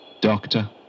doctor